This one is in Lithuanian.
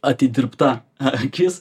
atidirbta akis